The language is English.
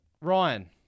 Ryan